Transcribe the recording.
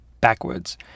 backwards